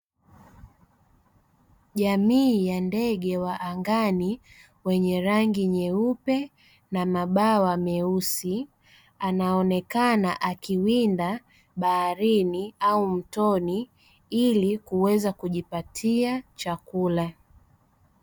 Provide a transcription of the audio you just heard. Jamii ya ndege wa angani mwenye rangi nyeupe na mabawa meusi anaonekana akiwinda baharini au mtoni ili kuweza kujipatia chakula.